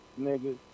nigga